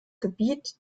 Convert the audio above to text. gebiet